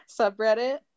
subreddit